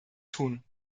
tun